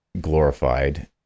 glorified